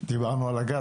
דיברנו על הגז,